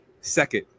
second